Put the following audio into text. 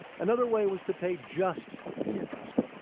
another way was to pay just the interest.